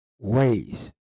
ways